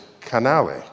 canale